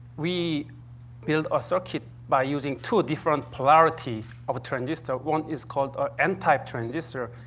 we build a circuit by using two different polarities of a transistor. one is called a n-type transistor.